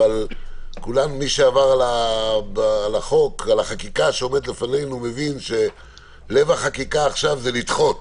אבל מי שעבר על החקיקה שעומדת לפנינו מבין שלב החקיקה עכשיו זה לדחות